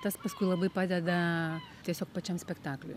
tas paskui labai padeda tiesiog pačiam spektakliui